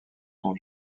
son